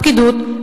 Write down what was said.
הפקידות,